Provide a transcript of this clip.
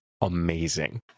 amazing